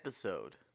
episode